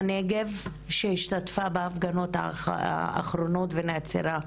מהנגב שהשתתפה בהפגנות האחרונות ונעצרה,